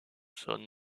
son